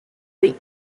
the